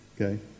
okay